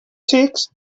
xics